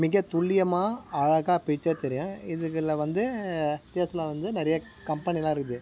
மிக துல்லியமாக அழகாக பிக்சர் தெரியும் இதுக்குல வந்து பேசினா வந்து நிறைய கம்பெனிலாம் இருக்குது